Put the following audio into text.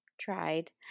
tried